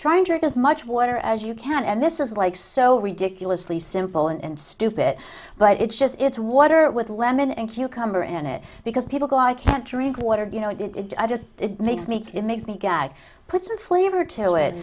get as much water as you can and this is like so ridiculously simple and stupid but it's just it's water with lemon and cucumber and it because people go i can't drink water you know it it just makes me it makes me gag put some flavor to it